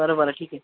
बरं बरं ठीक आहे